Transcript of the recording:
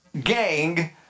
gang